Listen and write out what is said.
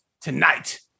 tonight